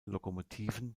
lokomotiven